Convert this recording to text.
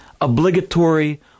obligatory